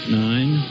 nine